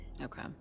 Okay